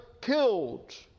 killed